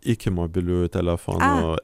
iki mobiliųjų telefonų